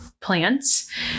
plants